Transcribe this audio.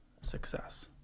success